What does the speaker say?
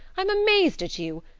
i'm amazed at you.